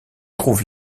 trouve